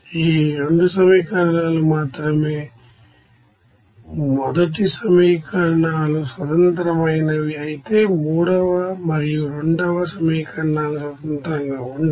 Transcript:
ఈ 2 సమీకరణాలు మాత్రమే మొదటి సమీకరణాలు స్వతంత్రమైనవి అయితే మూడవ మరియు రెండవ సమీకరణాలు స్వతంత్రంగా ఉండవు